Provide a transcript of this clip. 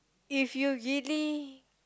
if you really